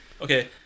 Okay